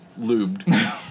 lubed